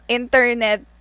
internet